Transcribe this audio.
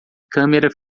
câmera